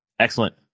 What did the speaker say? Excellent